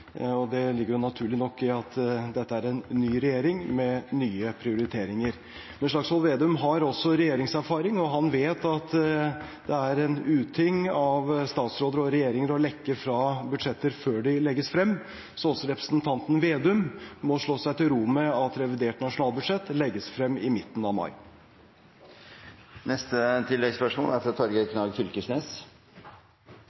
og det ligger naturlig nok i at dette er en ny regjering med nye prioriteringer. Slagsvold Vedum har også regjeringserfaring, og han vet at det er en uting av statsråder og regjeringer å lekke fra budsjetter før de legges frem. Så også representanten Slagsvold Vedum må slå seg til ro med at revidert nasjonalbudsjett legges frem i midten av mai.